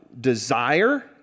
desire